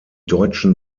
deutschen